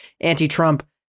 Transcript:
anti-Trump